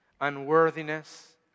unworthiness